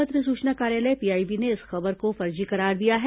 पत्र सूचना कार्यालय पीआईबी ने इस खबर को फर्जी करार दिया है